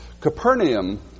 Capernaum